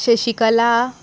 Shashikala